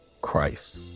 Christ